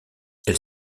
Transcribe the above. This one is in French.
elle